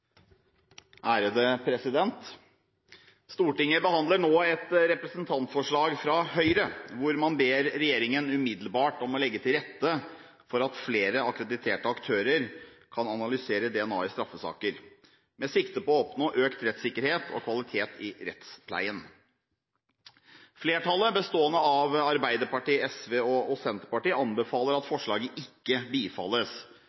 som vedteke. Stortinget behandler nå et representantforslag fra Høyre hvor man ber regjeringen om umiddelbart å legge til rette for at flere akkrediterte aktører kan analysere DNA i straffesaker, med sikte på å oppnå økt rettssikkerhet og kvalitet i rettspleien. Flertallet, bestående av Arbeiderpartiet, SV og Senterpartiet, anbefaler at